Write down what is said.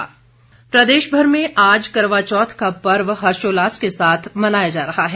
करवा चौथ प्रदेश भर में आज करवाचौथ का पर्व हर्षोल्लास के साथ मनाया जा रहा है